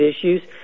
issues